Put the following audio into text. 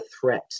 threat